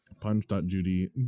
Punch.judy